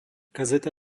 kazeta